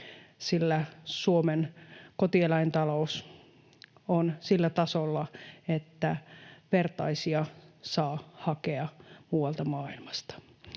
sillä Suomen kotieläintalous on sillä tasolla, että vertaisia saa hakea muualta maailmasta.